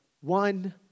one